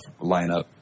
lineup